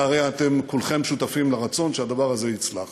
הרי אתם כולכם שותפים לרצון שהדבר הזה יצלח.